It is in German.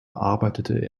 arbeitete